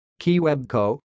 KeyWebCo